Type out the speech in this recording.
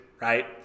right